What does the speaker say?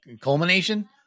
culmination